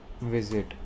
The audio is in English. visit